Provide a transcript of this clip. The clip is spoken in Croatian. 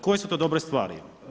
Koje su to dobre stvari?